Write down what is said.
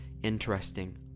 interesting